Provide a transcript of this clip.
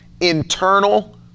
internal